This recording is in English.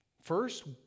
first